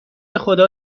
خدا